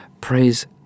praise